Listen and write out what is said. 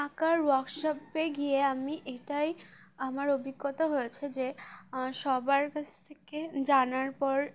আঁকার ওয়ার্কশপে গিয়ে আমি এটাই আমার অভিজ্ঞতা হয়েছে যে সবার কাছ থেকে জানার পর